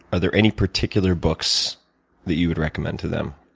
are there any particular books that you would recommend to them?